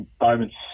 moments